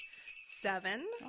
seven